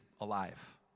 alive